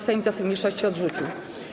Sejm wniosek mniejszości odrzucił.